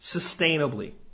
sustainably